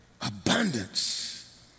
abundance